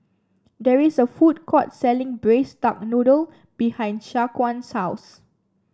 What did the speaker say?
there is a food court selling Braised Duck Noodle behind Shaquan's house